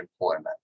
employment